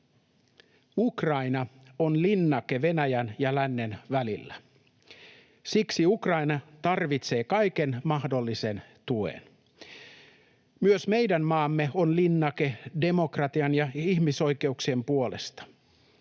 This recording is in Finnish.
Ukraina on linnake Venäjän ja lännen välillä. Siksi Ukraina tarvitsee kaiken mahdollisen tuen. Myös meidän maamme on linnake demokratian ja ihmisoikeuksien puolesta.